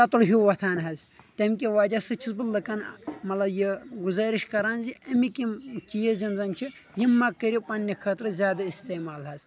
تتُر ہیوٗ ۄوتھان حظ تمہِ کہِ وجہہ سۭتۍ چھُس بہٕ لُکن مطلب یہِ گزٲرِش کران زِ امیِکۍ یِم چیٖز یِم زن چھِ یِم مہ کٔرِو پننہِ خٲطرٕ زیادٕ استعمال حظ